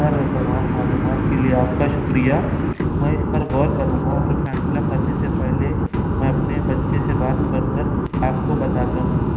سر تمام معلومات کے لیے آپ کا شکریہ میں اس پر غور کروں گا اور فیصلہ کرنے سے پہلے میں اپنے بچے سے بات کر کر آپ کو بتاتا ہوں